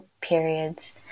periods